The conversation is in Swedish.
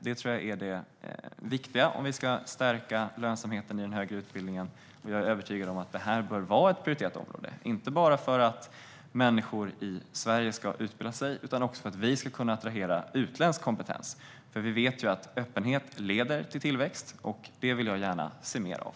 Det tror jag är det viktiga om vi ska stärka lönsamheten i den högre utbildningen, och jag är övertygad om att det här bör vara ett prioriterat område, inte bara för att människor i Sverige ska utbilda sig utan också för att vi ska kunna attrahera utländsk kompetens. Vi vet ju att öppenhet leder till tillväxt, och det vill jag gärna se mer av.